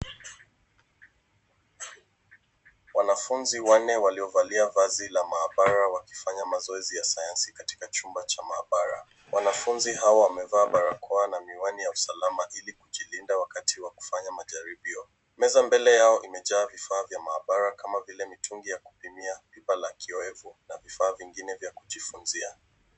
Wanafunzi wanne waliovaa vazi la maabara wakifanya mazoezi ya sayansi katika chumba cha maabara. Wanafunzi hao wamevaa barakoa na miwani ya usalama ili kujilinda wakati wa majaribio. Mezani mbele yao imejaa vifaa vya maabara kama vile mitungi ya kupimia, kipimo cha QOF, na vifaa vingine vya kujifunzia.